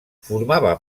formava